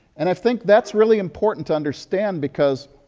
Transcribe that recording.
and i think that's really important to understand because,